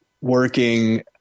working